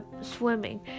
swimming